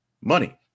money